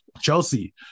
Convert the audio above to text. Chelsea